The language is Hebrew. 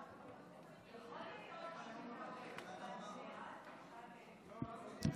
ותועבר להמשך דיון בוועדת החוץ והביטחון, חוקה.